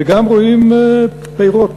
וגם רואים פירות.